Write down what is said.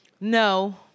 no